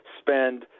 spend